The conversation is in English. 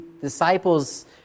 disciples